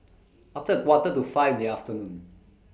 after A Quarter to five in The afternoon